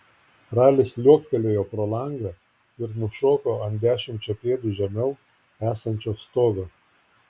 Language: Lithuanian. ralis liuoktelėjo pro langą ir nušoko ant dešimčia pėdų žemiau esančio stogo